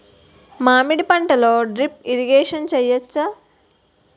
మామిడి పంటలో drip irrigation చేయచ్చా?